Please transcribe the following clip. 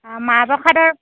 অঁ মাহ প্ৰসাদৰ